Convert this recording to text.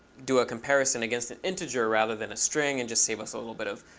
do a comparison against an integer rather than a string and just save us a little bit of